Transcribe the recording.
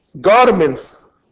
garments